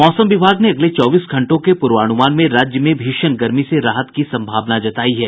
मौसम विभाग ने अगले चौबीस घंटे के पूर्वान्रमान में राज्य में भीषण गर्मी से राहत की संभावना जतायी है